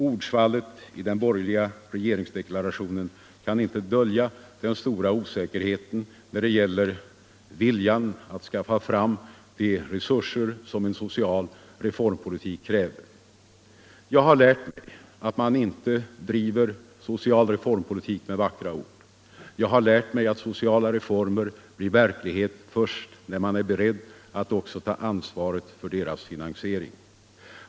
Ordsvallet i den borgerliga regeringsdeklarationen kan inte dölja den stora osäkerheten när det gäller viljan att skaffa fram de resurser som en social reformpolitik kräver. Jag har lärt mig att man inte driver social reformpolitik med vackra ord. Jag har lärt mig att sociala reformer blir verklighet först när man är beredd att också ta ansvaret för deras finansiering.